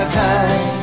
time